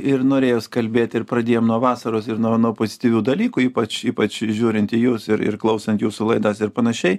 ir norėjos kalbėt ir pradėjom nuo vasaros ir nuo nuo pozityvių dalykų ypač ypač žiūrint į jus ir ir klausant jūsų laidas ir panašiai